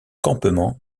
campement